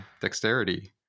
Dexterity